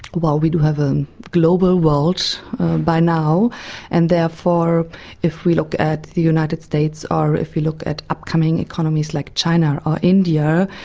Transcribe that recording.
well, we do have a global world by now and therefore if we look at the united states, or if we look at upcoming economies like china or india,